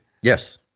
Yes